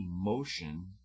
emotion